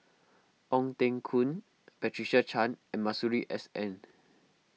Ong Teng Koon Patricia Chan and Masuri S N